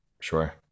sure